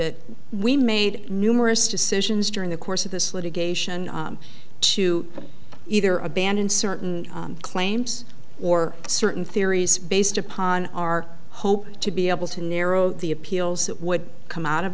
it we made numerous decisions during the course of this litigation to either abandon certain claims or certain theories based upon our hope to be able to narrow the appeals that would come out of